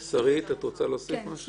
שרית, את רוצה להוסיף משהו?